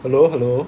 hello hello